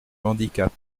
handicap